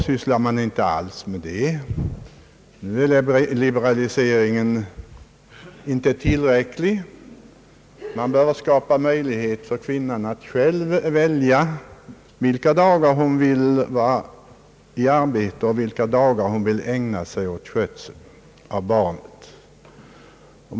I dag anses den liberaliseringen inte tillräcklig. Det föreslås att man skall skapa möjligheter för kvinnan att få välja vilka dagar hon vill vara i arbete och vilka dagar hon vill ägna åt skötseln av barnet.